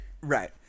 right